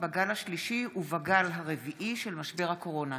בגל השלישי ובגל הרביעי של משבר הקורונה.